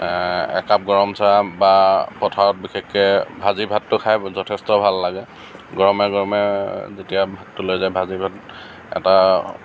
একাপ গৰম চাহ বা পথাৰত বিশেষকৈ ভাজি ভাতটো খায় যথেষ্ট ভাল লাগে গৰমে গৰমে যেতিয়া ভাতটো লৈ যায় ভাজি ভাত এটা